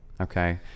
okay